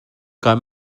kai